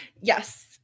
yes